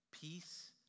peace